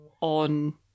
on